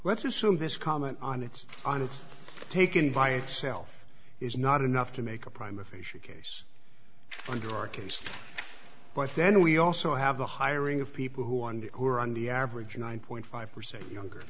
let's assume this comment on it's on it's taken by itself is not enough to make a prime official case under our case but then we also have the hiring of people who under who are on the average nine point five percent younger